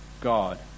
God